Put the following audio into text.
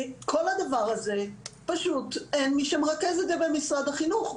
את כל הדבר הזה פשוט אין מי שמרכז במשרד החינוך.